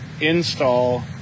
install